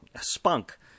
spunk